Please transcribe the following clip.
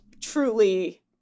truly